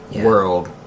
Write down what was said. world